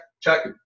check